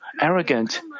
arrogant